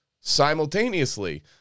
simultaneously